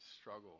struggle